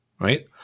right